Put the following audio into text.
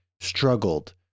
struggled